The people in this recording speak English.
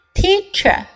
Teacher